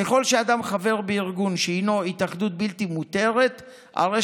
ככל שאדם חבר בארגון שהינו התאחדות בלתי מותרת הרי